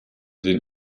den